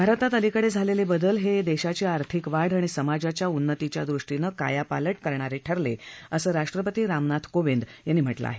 भारतात अलीकडे झालेले बदल हे देशाची आर्थिक वाढ आणि समाजाच्या उन्नतीच्या दृष्टीनं कायापालट करणारे ठरले असं राष्ट्रपती रामनाथ कोविंद यांनी म्हटलं आहे